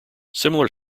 similar